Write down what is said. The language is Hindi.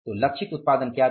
तो लक्षित उत्पादन क्या था